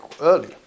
early